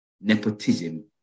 nepotism